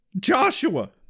Joshua